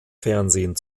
fernsehen